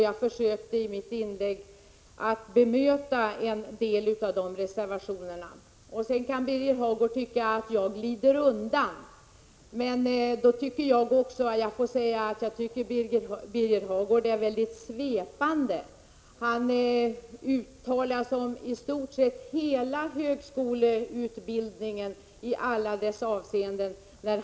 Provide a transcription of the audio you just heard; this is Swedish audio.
Jag försökte i mitt inlägg att kommentera en del av dessa reservationer. Sedan kan ju Birger Hagård tycka att jag glider undan. Men jag tycker att Birger Hagårds anförande var mycket svepande. I sitt anförande uttalar han sig om i stort sett hela högskoleutbildningen i alla olika avseenden.